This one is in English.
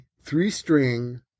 three-string